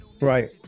right